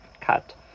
cut